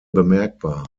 bemerkbar